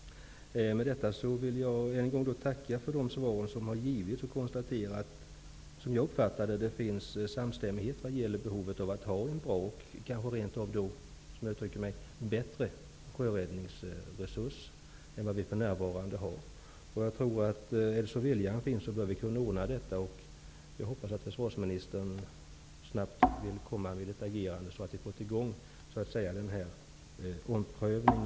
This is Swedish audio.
Med det anförda vill jag än en gång tacka för de svar som har givits. Som jag uppfattade det råder det samstämmighet när det gäller behovet av att ha en bättre sjöräddningsresurs än vi för närvarande har. Eftersom viljan finns, bör detta kunna ordnas. Jag hoppas att försvarsministern agerar snabbt, så att det kommer till stånd en omprövning.